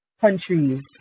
countries